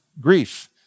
grief